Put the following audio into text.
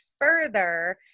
further